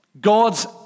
God's